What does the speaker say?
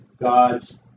God's